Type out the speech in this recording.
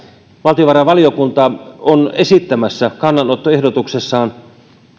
valtiovarainvaliokunta on esittämässä kannanottoehdotuksessaan